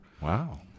Wow